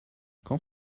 quand